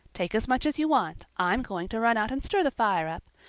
take as much as you want. i'm going to run out and stir the fire up.